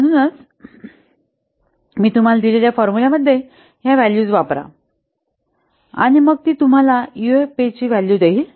म्हणूनच मी तुम्हाला दिलेल्या फॉर्म्युलामध्ये ह्या व्हॅल्यूज वापरा आणि मग ती तुम्हाला यूएफपीची व्हॅल्यू देईल